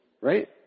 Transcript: right